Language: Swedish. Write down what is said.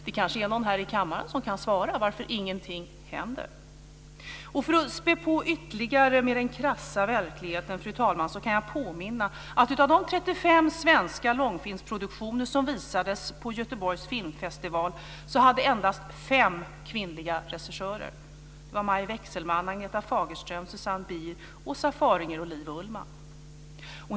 Det kanske finns någon här i kammaren som kan svara på frågan varför ingenting händer. För att spä på ytterligare med den krassa verkligheten, fru talman, kan jag påminna om att av de 35 svenska långfilmsproduktioner som visades på Göteborgs filmfestival hade endast 5 kvinnliga regissörer. Det var Maj Wechselman, Agneta Fagerström, Susanne Bier, Åsa Faringer och Liv Ullman.